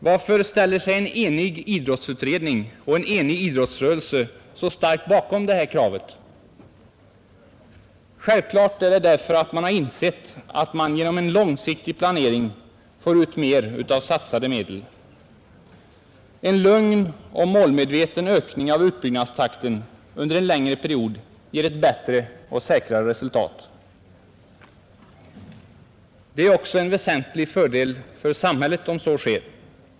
Varför ställer sig en enig idrottsutredning och idrottsrörelse så starkt bakom detta krav? Självfallet därför att man insett att man genom långsiktig planering får ut mer av satsade medel. En lugn och målmedveten ökning av utbyggnadstakten under en längre period ger ett bättre och säkrare resultat. Det är ju också en väsentlig fördel för samhället om så sker.